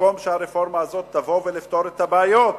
במקום שהרפורמה הזאת תבוא ותפתור את הבעיות,